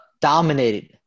dominated